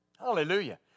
Hallelujah